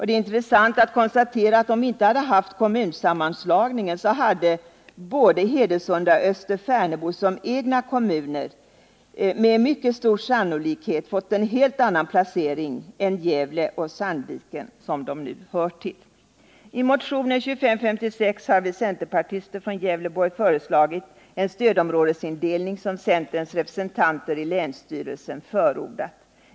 Det är intressant att konstatera att både Hedesunda och Österfärnebo, om vi inte hade haft kommunsammanslagning, som egna kommuner med mycket stor sannolikhet hade fått en helt annan placering än Gävle och Sandviken, som de nu hör till. I motionen 2556 har vi centerpartister från Gävleborg föreslagit en stödområdesindelning som centerns representanter i länsstyrelsen förordat.